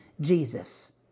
Jesus